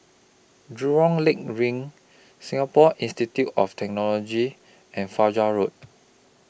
Jurong Lake LINK Singapore Institute of Technology and Fajar Road